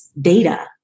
data